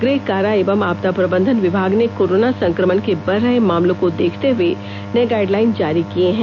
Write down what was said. गृह कारा एवं आपदा प्रबंधन विभाग ने कोरोना संक्रमण के बढ़ रहे मामलों को देखते हुए नए गाइडलाइन जारी किए हैं